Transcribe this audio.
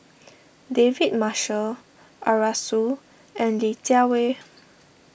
David Marshall Arasu and Li Jiawei